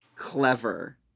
clever